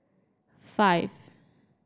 five